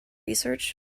research